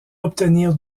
obtenir